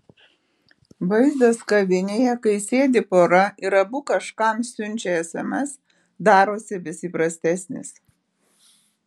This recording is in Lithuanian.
vaizdas kavinėje kai sėdi pora ir abu kažkam siunčia sms darosi vis įprastesnis